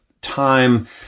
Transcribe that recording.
Time